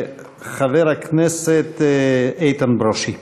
חבר הכנסת איתן ברושי.